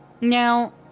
Now